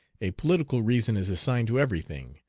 a political reason is assigned to every thing,